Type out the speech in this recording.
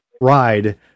ride